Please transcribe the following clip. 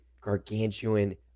gargantuan